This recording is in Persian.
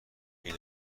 این